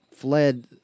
fled